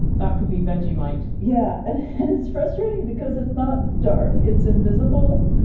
that could be vegemite yeah and it's frustrating because it's not dark it's invisible.